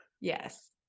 Yes